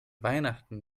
weihnachten